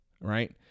right